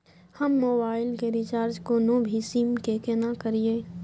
हम मोबाइल के रिचार्ज कोनो भी सीम के केना करिए?